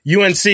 UNC